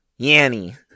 Yanny